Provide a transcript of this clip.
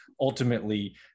ultimately